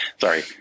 sorry